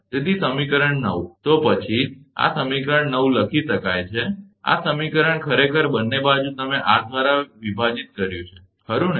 તેથી સમીકરણ 9 તો પછી આ સમીકરણ 9 લખી શકાય છે આ આ સમીકરણ ખરેખર બંને બાજુ તમે r દ્વારા વિભાજીત કર્યું છે ખરું ને